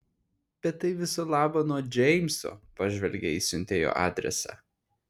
bet tai viso labo nuo džeimso pažvelgė į siuntėjo adresą